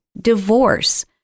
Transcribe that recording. Divorce